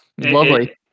lovely